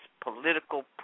Political